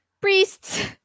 priests